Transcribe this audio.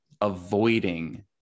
Avoiding